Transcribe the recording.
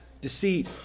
deceit